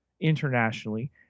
internationally